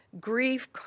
grief